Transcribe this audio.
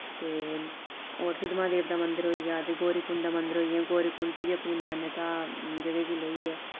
ते और सुद्धमहादेव दा मंदर होई गेआ ते गौरीकुंड दा मंदर होई गेआ गौरीकुंड दी अपनी मानता जगहेें गी लेइयै